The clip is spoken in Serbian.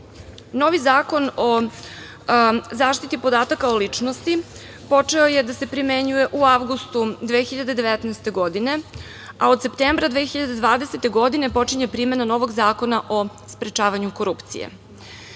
Zakon o zaštiti podataka o ličnosti počeo je da se primenjuje u avgustu 2019. godine, a od septembra 2020. godine počinje primena novog Zakona o sprečavanju korupcije. Iz